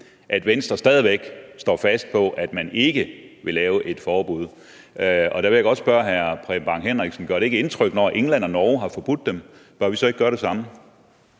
at Venstre stadig væk står fast på, at man ikke vil lave et forbud. Og der vil jeg godt spørge hr. Preben Bang Henriksen: Gør det ikke indtryk, at England og Norge har forbudt dem? Bør vi så ikke gøre det samme?